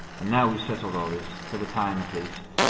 and now we've settled all this for the time, at least,